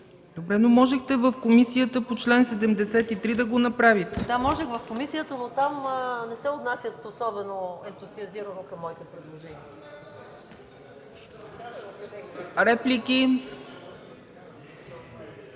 Добре, но можехте в комисията по чл. 73 да го направите. МАЯ МАНОЛОВА: Да, можех в комисията, но там не се отнасят особено ентусиазирано към моите предложения.